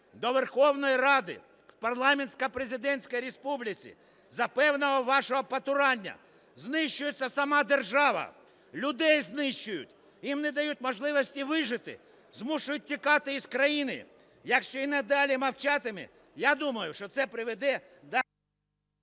до Верховної Ради: в парламентсько-президентській республіці за певного вашого потурання знищується сама держава, людей знищують, їм не дають можливості вижити, змушують тікати з країни. Якщо і надалі мовчатимемо, я думаю, що це приведе…